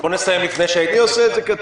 אז בואו נסיים לפני שאיתן יבוא.